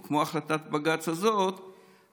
או כמו בהחלטת בג"ץ הזאת,